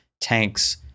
tanks